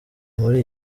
muri